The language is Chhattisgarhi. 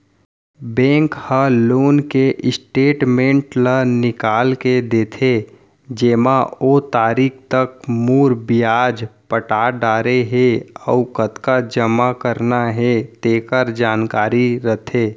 बेंक ह लोन के स्टेटमेंट ल निकाल के देथे जेमा ओ तारीख तक मूर, बियाज पटा डारे हे अउ कतका जमा करना हे तेकर जानकारी रथे